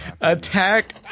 Attack